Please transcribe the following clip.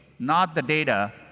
not the data,